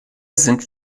sind